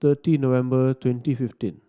thirty November twenty fifteen